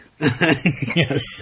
Yes